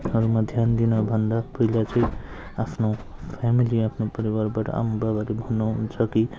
हरूमा ध्यान दिनभन्दा पहिला चाहिँ आफ्नो फ्यामिली आफ्नो परिवारबाट आमाबाबाले भन्नुहुन्छ कि